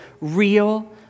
real